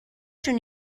شون